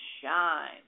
Shine